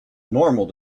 normal